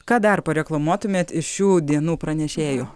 ką dar pareklamuotumėt iš šių dienų pranešėjų